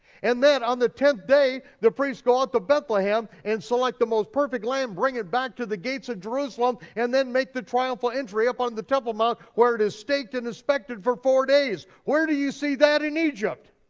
and then on the tenth day, the priests go out to bethlehem and select the most perfect lamb, bring it back to the gates of jerusalem, and then make the triumphal entry up onto the temple mount where it is staked and inspected for four days, where do you see that in egypt?